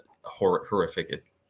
horrific